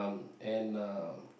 um and uh